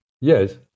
Yes